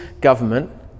government